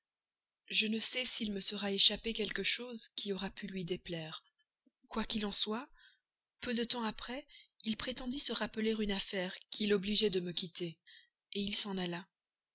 je ne sais s'il me sera échappé quelque chose qui aura pu lui déplaire quoi qu'il en soit peu de temps après il prétendit se rappeler une affaire qui l'obligeait de me quitter il s'en alla